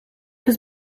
has